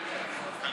כלכלה.